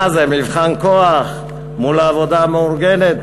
מה זה, מבחן כוח מול העבודה המאורגנת?